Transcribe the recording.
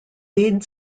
lead